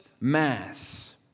mass